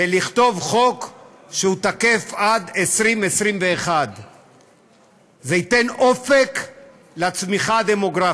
ולכתוב חוק שתקף עד 2021. זה ייתן אופק לצמיחה הדמוגרפית,